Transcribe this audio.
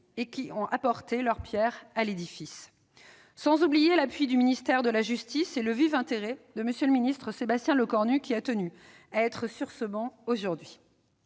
et qui ont apporté leur pierre à l'édifice. C'est sans oublier l'appui du ministère de la justice et le vif intérêt manifesté par M. le ministre Sébastien Lecornu, qui a tenu à être présent aujourd'hui.